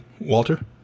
Walter